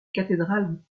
cathédrale